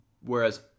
Whereas